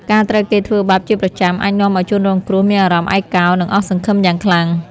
ការត្រូវគេធ្វើបាបជាប្រចាំអាចនាំឲ្យជនរងគ្រោះមានអារម្មណ៍ឯកោ និងអស់សង្ឃឹមយ៉ាងខ្លាំង។